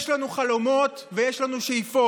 יש לנו חלומות ויש לנו שאיפות,